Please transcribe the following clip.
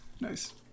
nice